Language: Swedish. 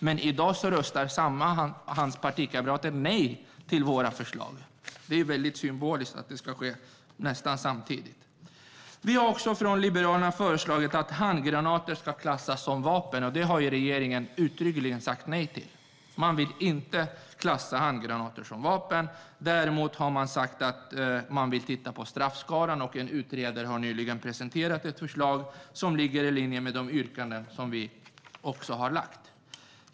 Men i dag röstar hans partikamrater nej till våra förslag. Det är väldigt symboliskt att det ska ske nästan samtidigt. Från Liberalerna har vi också föreslagit att handgranater ska klassas som vapen. Det har regeringen uttryckligen sagt nej till. Man vill inte klassa handgranater som vapen. Däremot har man sagt att man vill titta på straffskalan, och en utredare har nyligen presenterat ett förslag som ligger i linje med de yrkanden som vi också har.